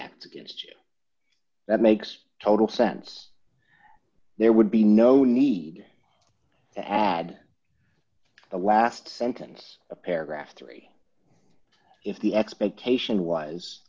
act that makes total sense there would be no need to add the last sentence paragraph three if the expectation